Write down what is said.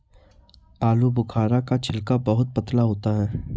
आलूबुखारा का छिलका बहुत पतला होता है